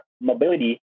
mobility